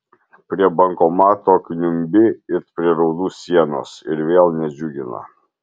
prie bankomato kniumbi it prie raudų sienos ir vėl nedžiugina